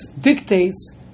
dictates